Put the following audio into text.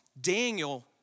Daniel